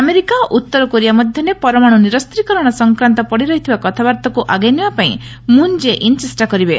America ଓ ଉତ୍ତର Korea ମଧ୍ୟରେ ପରମାଣୁ ନିରସୀକରଣ ସଂକ୍ରାନ୍ତ ପଡିରହିଥିବା କଥାବାର୍ତ୍ତାକୁ ଆଗେଇନେବା ପାଇଁ ମୁନ୍ ଜାଏ ଇନ୍ ଚେଷ୍ଟା କରିବେ